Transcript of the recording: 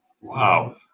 Wow